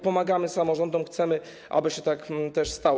Pomagamy samorządom, chcemy, aby się tak też stało.